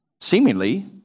Seemingly